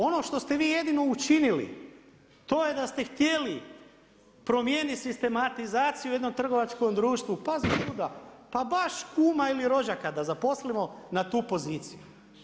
Ono što ste vi jedino učinili, to je da ste htjeli promijeniti sistematizaciju u jednom trgovačkom društvu, pazite … pa baš kuma ili rođaka da zaposlimo na tu poziciju.